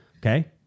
Okay